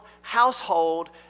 household